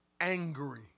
angry